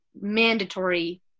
mandatory